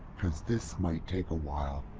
cause this might take a while.